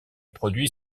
produit